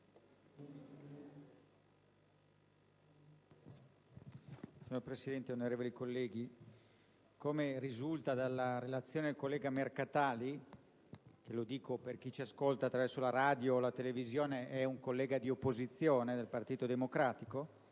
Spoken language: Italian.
Signor Presidente, onorevoli colleghi, come risulta dalla relazione del collega Mercatali (che - lo dico per chi ci ascolta attraverso la radio e la televisione - è un collega dell'opposizione, del Partito Democratico,